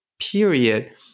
period